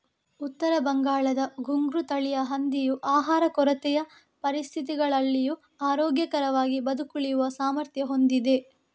ಉತ್ತರ ಬಂಗಾಳದ ಘುಂಗ್ರು ತಳಿಯ ಹಂದಿಯು ಆಹಾರ ಕೊರತೆಯ ಪರಿಸ್ಥಿತಿಗಳಲ್ಲಿಯೂ ಆರೋಗ್ಯಕರವಾಗಿ ಬದುಕುಳಿಯುವ ಸಾಮರ್ಥ್ಯ ಹೊಂದಿದೆ